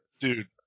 dude